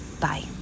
Bye